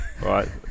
Right